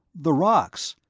the rocks!